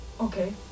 Okay